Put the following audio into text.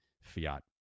fiat